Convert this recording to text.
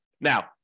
Now